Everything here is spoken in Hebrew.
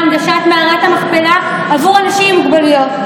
הנגשת מערת המכפלה עבור אנשים עם מוגבלויות.